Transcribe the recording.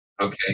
okay